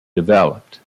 developed